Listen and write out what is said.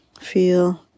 feel